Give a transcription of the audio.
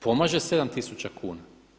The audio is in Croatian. Pomaže 7 tisuća kuna.